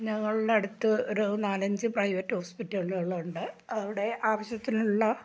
ഞങ്ങളുടെ അടുത്ത് ഒരു നാലഞ്ച് പ്രൈവറ്റ് ഹോസ്പിറ്റലുകൾ ഉണ്ട് അവിടെ ആവശ്യത്തിനുള്ള